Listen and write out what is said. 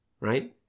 right